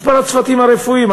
מספר הצוותים הרפואיים,